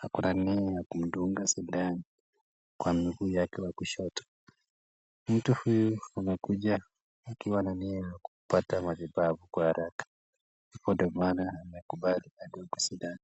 hakuna nia ya kumdunga sindano kwa miguu yake wa kushoto. Mtu huyu amekuja akiwa na nia ya kupata mazibabu kwa haraka. Kwa ndio maana amekubali andungwe sindano.